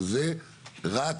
וזה רק